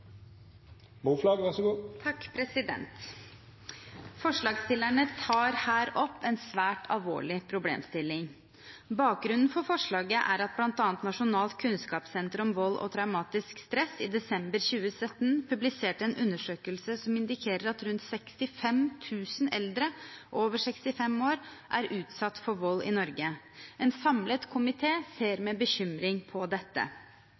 at Nasjonalt kunnskapssenter om vold og traumatisk stress i desember 2017 publiserte en undersøkelse som indikerer at rundt 65 000 eldre over 65 år er utsatt for vold i Norge. En samlet komité ser med bekymring på dette.